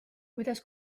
kuidas